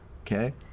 okay